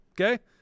okay